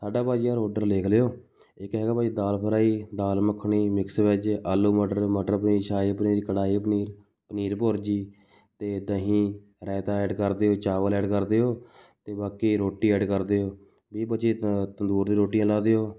ਸਾਡਾ ਭਾਅ ਜੀ ਯਾਰ ਔਡਰ ਲਿਖ ਲਿਓ ਇੱਕ ਹੈਗਾ ਭਾਅ ਜੀ ਦਾਲ ਫਰਾਈ ਦਾਲ ਮੱਖਣੀ ਮਿਕਸ ਵੈਜ ਆਲੂ ਮਟਰ ਮਟਰ ਪਨੀਰ ਸ਼ਾਹੀ ਪਨੀਰ ਕੜਾਹੀ ਪਨੀਰ ਪਨੀਰ ਭੁਰਜੀ ਅਤੇ ਦਹੀਂ ਰਾਇਤਾ ਐਡ ਕਰ ਦਿਓ ਚਾਵਲ ਐਡ ਕਰ ਦਿਓ ਅਤੇ ਬਾਕੀ ਰੋਟੀ ਐਡ ਕਰ ਦਿਓ ਵੀਹ ਪੱਚੀ ਤਾਂ ਤੰਦੂਰ ਦੀਆਂ ਰੋਟੀਆਂ ਲਾਹ ਦਿਓ